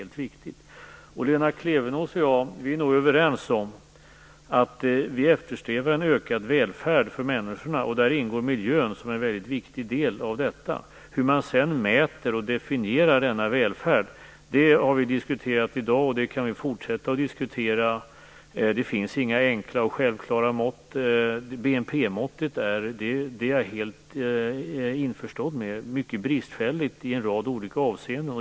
Lena Klevenås och jag är överens om att eftersträva en ökad välfärd för människorna, och där ingår miljön som en viktig del. Hur man sedan mäter och definierar denna välfärd har vi diskuterat i dag och det kan vi fortsätta att diskutera. Det finns inga självklara och enkla mått. Jag är införstådd med att BNP-måttet är mycket bristfälligt i en rad olika avseenden.